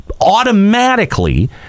automatically